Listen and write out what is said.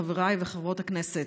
חברי וחברות הכנסת,